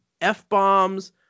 F-bombs